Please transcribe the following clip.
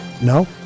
No